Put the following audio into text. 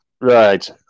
Right